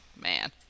Man